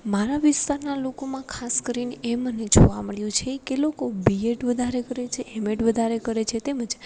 મારા વિસ્તારના લોકોમાં ખાસ કરીને એ મને જોવા મળ્યું છે કે લોકો બી એડ વધારે કરે છે એમ એડ વધારે કરે છે તેમજ